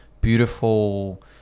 beautiful